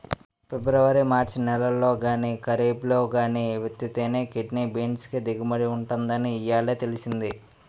February March నెలల్లో గానీ, కరీబ్లో గానీ విత్తితేనే కిడ్నీ బీన్స్ కి దిగుబడి ఉంటుందని ఇయ్యాలే తెలిసింది